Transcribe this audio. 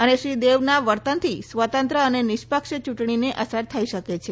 અને શ્રી દેવના વર્તનથી સ્વાતંત્ર અને નિષ્પક્ષ ચૂંટણીને અસર થઈ શકે છે